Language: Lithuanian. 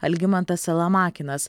algimantas salamakinas